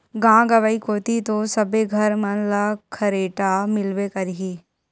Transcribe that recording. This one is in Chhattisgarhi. गाँव गंवई कोती तो सबे घर मन म खरेटा मिलबे करही